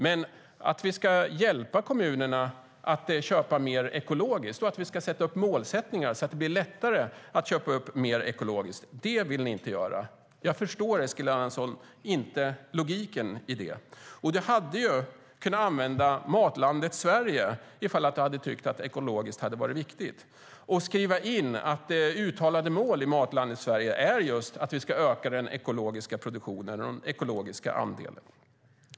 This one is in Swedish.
Men att hjälpa kommunerna att köpa mer ekologiskt, sätta upp mål så att det blir lättare att upphandla mer ekologiskt, det vill ni inte göra. Jag förstår inte logiken i det. Eskil Erlandsson hade kunnat använda Matlandet Sverige om han tyckt att ekologiskt var viktigt och skriva in att uttalade mål i Matlandet Sverige är att vi ska öka den ekologiska produktionen, den ekologiska andelen.